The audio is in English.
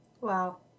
Wow